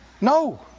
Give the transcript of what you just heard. No